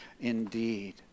indeed